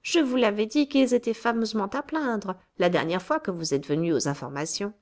je vous l'avais dit qu'ils étaient fameusement à plaindre la dernière fois que vous êtes venue aux informations